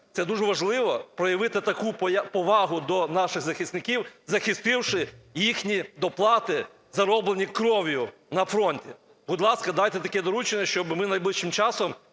це дуже важливо, проявити таку повагу до наших захисників, захистивши їхні доплати, зароблені кров'ю на фронті. Будь ласка, дайте таке доручення, щоб ми найближчим часом